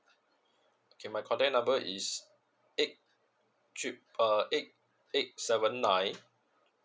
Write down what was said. okay my contact number is eight trip~ uh eight eight seven nine